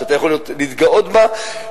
שאתה יכול להתגאות בה,